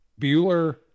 Bueller